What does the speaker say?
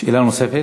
שאלה נוספת.